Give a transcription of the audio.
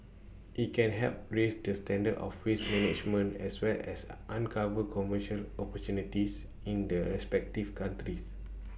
IT can help raise the standards of waste management as well as uncover commercial opportunities in the respective countries